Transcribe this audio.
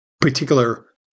particular